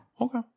okay